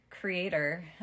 creator